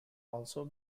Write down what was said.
also